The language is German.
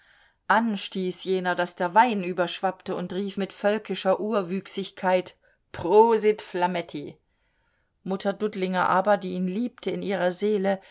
anstieß jener daß der wein überschwappte und rief mit völkischer urwüchsigkeit prosit flametti mutter dudlinger aber die ihn liebte in ihrer seele